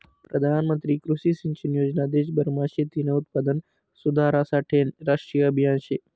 प्रधानमंत्री कृषी सिंचन योजना देशभरमा शेतीनं उत्पादन सुधारासाठेनं राष्ट्रीय आभियान शे